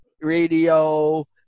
radio